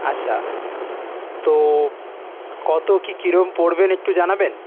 আচ্ছা তো কত কী কীরম পড়বে একটু জানাবেন